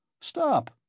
Stop